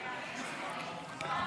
ההצעה